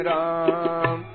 Ram